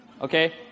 Okay